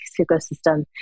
ecosystem